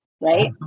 right